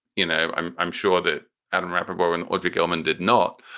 you know, i'm i'm sure that adam reperforming, audrey gilman did not.